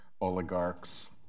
oligarchs